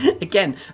again